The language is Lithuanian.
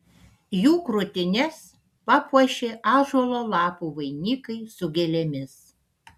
jų krūtines papuošė ąžuolo lapų vainikai su gėlėmis